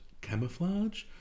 camouflage